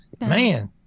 Man